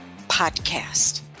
podcast